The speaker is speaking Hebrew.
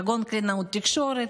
כגון קלינאות תקשורת,